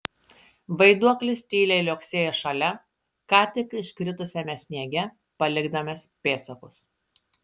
vaiduoklis tyliai liuoksėjo šalia ką tik iškritusiame sniege palikdamas pėdsakus